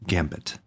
Gambit